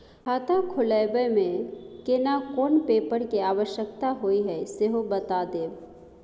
खाता खोलैबय में केना कोन पेपर के आवश्यकता होए हैं सेहो बता देब?